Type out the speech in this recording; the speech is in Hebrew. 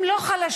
הם לא חלשים,